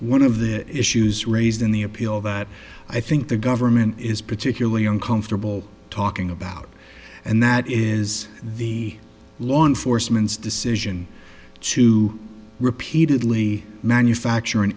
one of the issues raised in the appeal that i think the government is particularly uncomfortable talking about and that is the law enforcement's decision to repeatedly manufacture an